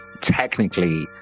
technically